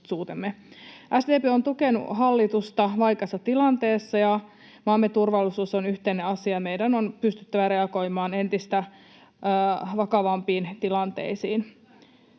SDP on tukenut hallitusta vaikeassa tilanteessa, ja maamme turvallisuus on yhteinen asia. Meidän on pystyttävä reagoimaan entistä vakavampiin tilanteisiin.